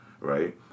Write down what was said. right